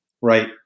Right